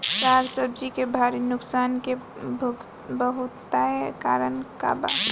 साग सब्जी के भारी नुकसान के बहुतायत कारण का बा?